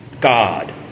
God